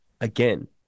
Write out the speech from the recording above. again